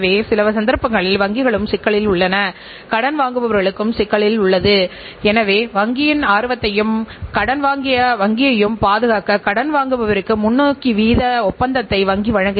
சில உள்ளூர் நிறுவனங்கள் பன்னாட்டு நிறுவனங்களோடு ஒப்பிடுகையில் வாடிக்கையாளர் திருப்தி பணியாளர் திருப்தி சப்ளையர் திருப்தியின் என்பது போன்ற கலாச்சாரத்தை அவர்கள் உருவாக்கவில்லை